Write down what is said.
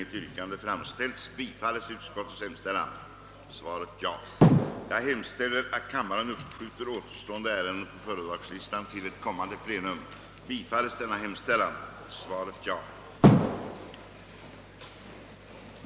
Som tiden nu var långt framskriden beslöt kammaren på förslag av herr talmannen att uppskjuta behandlingen av återstående på föredragningslistan upptagna ärenden till ett kommande sammanträde.